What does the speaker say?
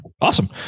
Awesome